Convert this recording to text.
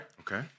Okay